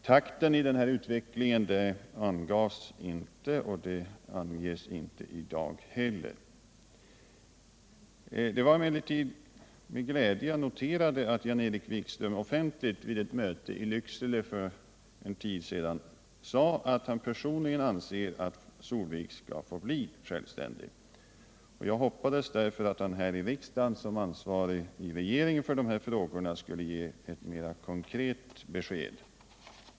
Takten för denna utveckling angavs inte av utskottet, och den anges inte heller i dagens svar. För en tid sedan noterade jag med glädje att Jan-Erik Wikström vid ett möte i Lycksele offentligt sade att han personligen anser att Solviks folk högskola skall få självständig ställning. Jag hoppades därför att Jan-Erik Wikström, såsom ansvarig i regeringen för sådana här frågor, här i riksdagen högskola tillträde till högskolestudier skulle ge ett mera konkret besked.